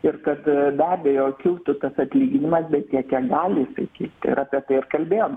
ir kad be abejo kiltų tas atlyginimas bet tiek kiek gali jisai kilti ir apie tai ir kalbėjom